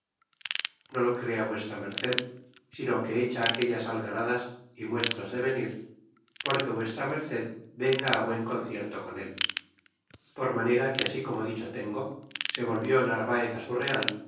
no lo crea v md sino que echa aquellas algaradas y muestras de venir porque v md venga buen concierto con él por manera que así como dicho tengo se volvió narvaez su real